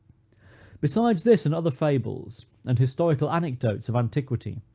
besides this, and other fables, and historical anecdotes of antiquity,